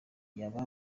yaba